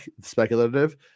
speculative